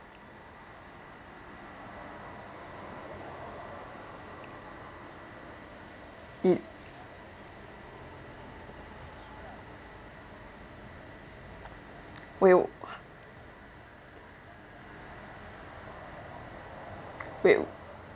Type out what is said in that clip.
it wait wait